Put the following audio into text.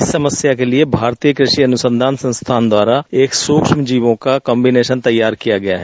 इस समस्या के लिए भारतीय कृषि अनुसंधान संस्थान द्वारा एक सूक्ष्म जीवों का कंबीनेशन तैयार किया गया है